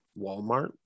Walmart